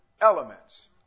elements